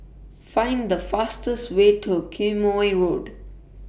Find The fastest Way to Quemoy Road